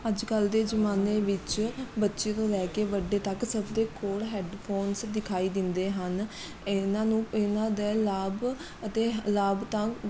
ਅੱਜ ਕੱਲ੍ਹ ਦੇ ਜਮਾਨੇ ਵਿੱਚ ਬੱਚੇ ਤੋਂ ਲੈ ਕੇ ਵੱਡੇ ਤੱਕ ਸਭ ਦੇ ਕੋਲ ਹੈਡਫ਼ੋਨਸ ਦਿਖਾਈ ਦਿੰਦੇ ਹਨ ਇਹਨਾਂ ਨੂੰ ਇਨ੍ਹਾਂ ਦਾ ਲਾਭ ਅਤੇ ਲਾਭ ਤਾਂ